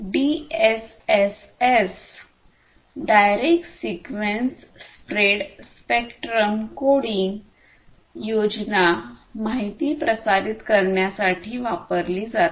DSSS direct sequence spread spectrum coding योजना माहिती प्रसारित करण्यासाठी वापरली जाते